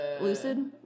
Lucid